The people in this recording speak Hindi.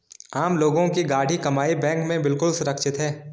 आम लोगों की गाढ़ी कमाई बैंक में बिल्कुल सुरक्षित है